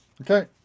Okay